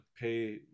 pay